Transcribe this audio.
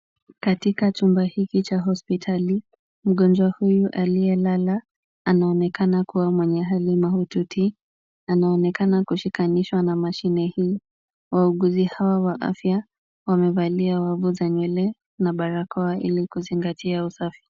Katika chumba hiki cha hospitali ,mgonjwa huyo aliyelala anaonekana kuwa mwenye hali mahututi. Anaonekana kushikanishwa na mashine hii. Wauguzi hao wa afya wamevalia wavu za nywele na barakoa ili kuzingatia usafi.